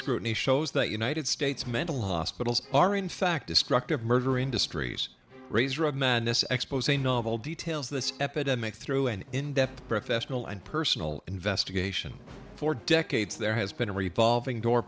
scrutiny shows that united states mental hospitals are in fact destructive murder industries razer of madness expos novel details this epidemic through an in depth professional and personal investigation for decades there has been a revolving door